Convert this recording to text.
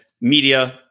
media